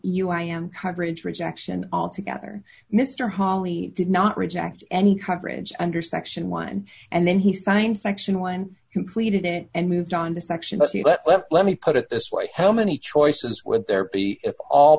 you i am coverage rejection all together mr hawley did not reject any coverage under section one and then he signed section one completed it and moved on to section was he but let me put it this way how many choices with their pay if all